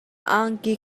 angki